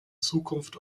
zukunft